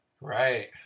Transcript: Right